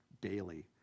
daily